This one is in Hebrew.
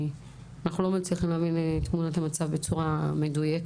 אנחנו לא מצליחים להבין את תמונת המצב בצורה מדויקת.